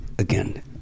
again